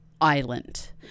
island